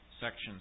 section